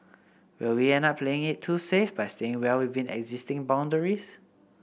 will we end up playing it too safe by staying well within existing boundaries